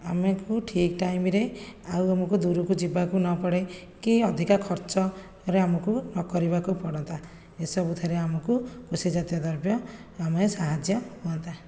ଆମକୁ ଠିକ୍ ଟାଇମ୍ରେ ଆଉ ଆମକୁ ଦୂରକୁ ଯିବାକୁ ନପଡ଼େ କି ଅଧିକା ଖର୍ଚ୍ଚରେ ଆମକୁ ନକରିବାକୁ ପଡନ୍ତା ଏସବୁଥିରେ ଆମକୁ କୃଷି ଜାତୀୟ ଦ୍ରବ୍ୟ ଆମେ ସାହାଯ୍ୟ ହୁଅନ୍ତା